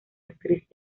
actriz